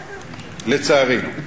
לצערי,